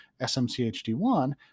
SMCHD1